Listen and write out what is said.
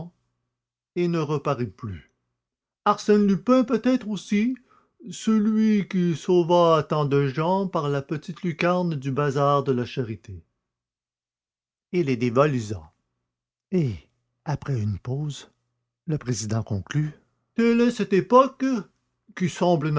et ne reparut plus arsène lupin peut-être aussi celui qui sauva tant de gens par la petite lucarne du bazar de la charité et les dévalisa et après une pause le président conclut telle est cette époque